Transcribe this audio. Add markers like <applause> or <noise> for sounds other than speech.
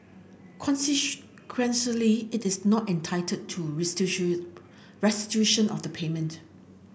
<unintelligible> it is not entitled to <unintelligible> restitution of the payment